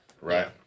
right